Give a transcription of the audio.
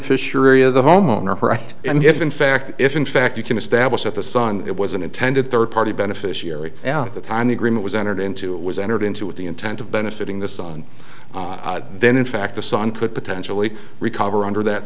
the homeowner right and if in fact if in fact you can establish that the son it was an intended third party beneficiary out the time the agreement was entered into it was entered into with the intent of benefiting this on then in fact the son could potentially recover under that